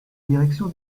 direction